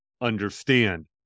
understand